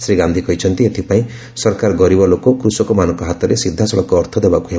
ଶ୍ରୀ ଗାନ୍ଧି କହିଛନ୍ତି ଏଥିପାଇଁ ସରକାର ଗରିବ ଲୋକ ଓ କୃଷକମାନଙ୍କ ହାତରେ ସିଧାସଳଖ ଅର୍ଥ ଦେବାକୁ ହେବ